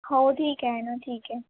हो ठीक आहे ना ठीक आहे